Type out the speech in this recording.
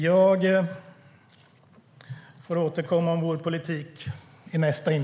Jag får återkomma om vår politik i nästa inlägg.